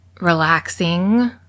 relaxing